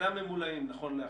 שאינם ממולאים נכון לעכשיו: